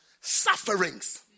sufferings